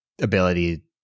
ability